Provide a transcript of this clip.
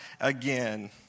again